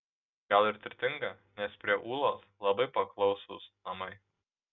gal ir turtinga nes prie ūlos labai paklausūs namai